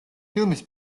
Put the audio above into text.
ფილმის